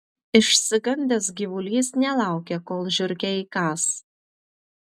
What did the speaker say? išsigandęs gyvulys nelaukė kol žiurkė įkąs